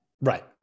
Right